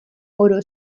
oro